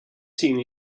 seen